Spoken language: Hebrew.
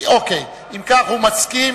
אם כך, הוא מסכים.